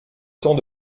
temps